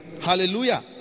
Hallelujah